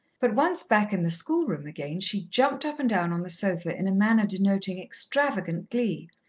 but once back in the schoolroom again, she jumped up and down on the sofa in a manner denoting extravagant glee.